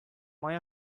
май